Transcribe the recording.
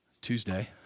Tuesday